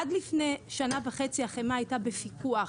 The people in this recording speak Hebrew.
עד לפני שנה וחצי החמאה הייתה בפיקוח,